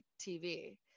TV